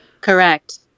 Correct